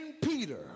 Peter